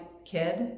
kid